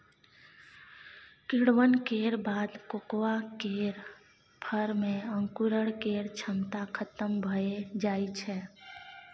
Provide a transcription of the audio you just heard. किण्वन केर बाद कोकोआ केर फर मे अंकुरण केर क्षमता खतम भए जाइ छै